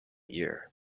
year